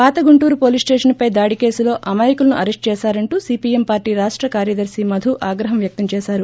పాత గుంటూరు పోలీసు స్టేషన్పై దాడి కేసులో అమాయకులను అరెస్టు చేశారంటూ సీపీఎం పార్టీ రాష్ట కార్యదర్శి మధు ఆగ్రహం వ్యక్తం చేశారు